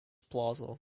plaza